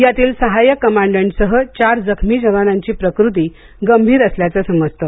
यातील सहाय्यक कमाडंटसह चार जखमी जवानांची प्रकृती गंभीर असल्याचं समजतं